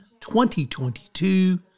2022